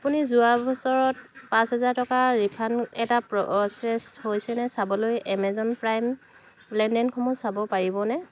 আপুনি যোৱা বছৰত পাঁচ হাজাৰ টকাৰ ৰিফাণ্ড এটা প্ৰ'চেছ হৈছে নে চাবলৈ এমেজন প্ৰাইম লেনদেনসমূহ চাব পাৰিবনে